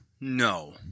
no